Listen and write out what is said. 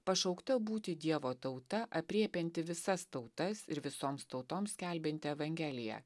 pašaukta būti dievo tauta aprėpianti visas tautas ir visoms tautoms skelbianti evangeliją